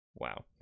Wow